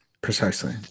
precisely